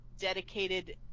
dedicated